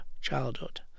childhood